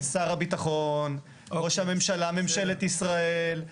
שר הביטחון, ראש הממשלה, ממשלת ישראל.